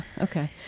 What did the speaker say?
okay